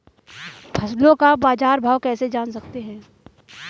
फसलों का बाज़ार भाव कैसे जान सकते हैं?